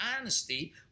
honesty